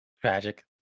Tragic